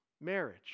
marriage